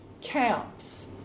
camps